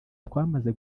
twamaze